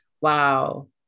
Wow